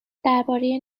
درباره